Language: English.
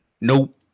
Nope